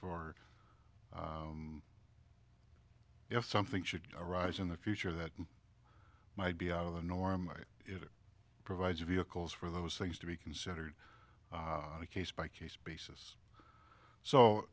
for if something should arise in the future that might be out of the norm it provides vehicles for those things to be considered a case by case basis so